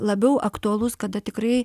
labiau aktualus kada tikrai